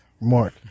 Mark